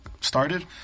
started